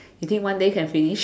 you think one day can finish